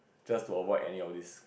just to avoid any of these